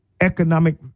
economic